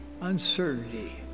uncertainty